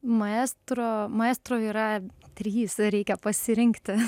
maestro maestro yra trys reikia pasirinkti